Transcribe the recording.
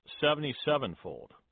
seventy-sevenfold